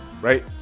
right